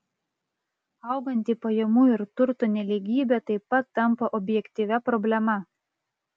auganti pajamų ir turto nelygybė taip pat tampa objektyvia problema